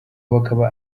bakaba